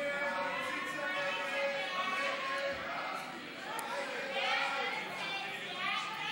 הצעת ועדת הפנים והגנת הסביבה בדבר